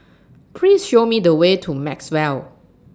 Please Show Me The Way to Maxwell